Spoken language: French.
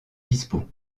dispos